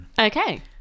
Okay